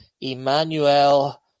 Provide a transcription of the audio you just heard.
Emmanuel